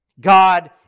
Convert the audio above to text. God